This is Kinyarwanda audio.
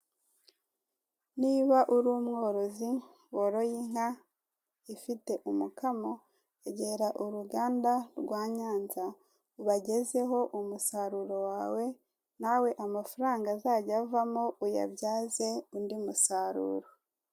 Niba uri umworozi woroye inka ifite umukamo egera uruganda rwa Nyanza ubagezeho umusaruro wawe nawe amafaramga azajya avamo uyabyaze undi musaruro.